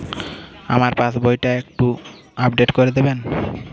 আমার পাসবই টি একটু আপডেট করে দেবেন?